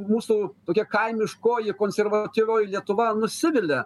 mūsų tokia kaimiškoji konservatyvioji lietuva nusivilia